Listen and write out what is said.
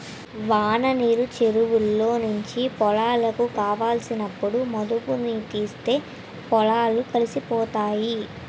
వాననీరు చెరువులో నుంచి పొలాలకు కావలసినప్పుడు మధుముతీస్తే పొలాలు కలిసిపోతాయి